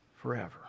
forever